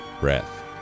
breath